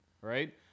right